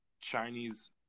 Chinese